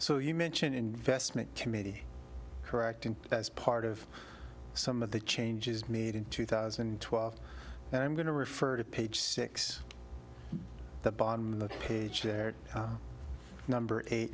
so you mentioned investment committee correct and as part of some of the changes made in two thousand and twelve and i'm going to refer to page six the bottom of the page there number eight